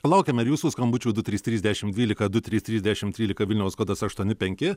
laukiame ir jūsų skambučių du trys trys dešim dvylika du trys trys dešim trylika vilniaus kodas aštuoni penki